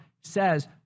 says